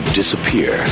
disappear